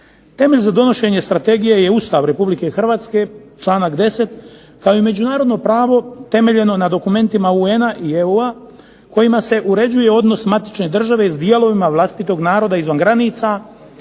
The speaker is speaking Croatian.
Temelj za donošenje strategije je Ustav Republike Hrvatske članak 10. kao i međunarodno pravo temeljeno na dokumentima UN-a i EU-a kojima se uređuje odnos matične države s dijelovima vlastitog naroda izvan granica,